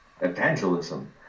evangelism